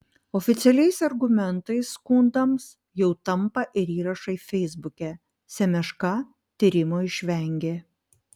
oficialiais argumentais skundams jau tampa ir įrašai feisbuke semeška tyrimo išvengė